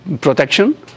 protection